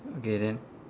okay then